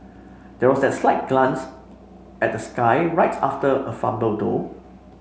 there was that slight glance at the sky right after a fumble though